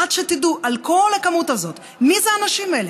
עד שתדעו על כל הכמות הזאת מי הם האנשים האלה.